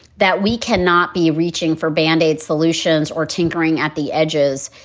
that we cannot be reaching for band-aid solutions or tinkering at the edges,